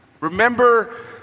remember